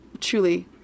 truly